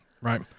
right